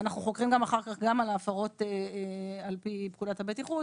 אנחנו חוקרים אחר כך עבירות על פי פקודת הבטיחות